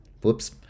Whoops